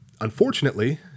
Unfortunately